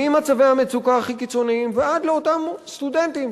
ממצבי המצוקה הכי קיצוניים ועד לאותם סטודנטים,